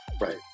Right